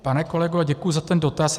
Pane kolego, děkuji za ten dotaz.